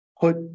put